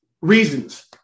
reasons